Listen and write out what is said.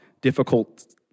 difficult